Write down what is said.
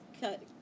cut